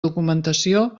documentació